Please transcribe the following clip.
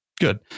good